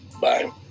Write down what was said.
Bye